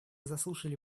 заслушали